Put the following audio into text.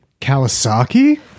Kawasaki